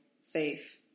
safe